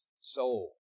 soul